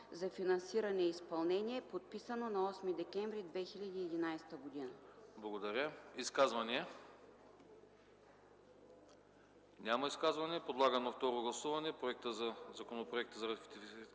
за финансиране и изпълнение, подписано на 8 декември 2011 г.”